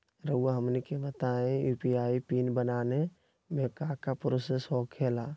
रहुआ हमनी के बताएं यू.पी.आई पिन बनाने में काका प्रोसेस हो खेला?